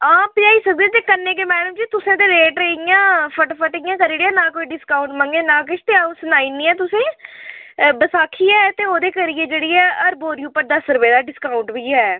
हां पजाई सकदे ते कन्नै गै मैडम जी तुसें ते रेट इ'यां फटाफट इ'यां करी ओड़ेआ ना कोई डिस्काउंट मंग्गेआ ते ना किश ते अ'ऊं सनाई ओड़नी आं तुसें ई बसाखी ऐ ते ओह्दे करियै जेह्ड़ी ऐ हर बोरी उप्पर दस्स रपेऽ दा डिस्काउंट बी है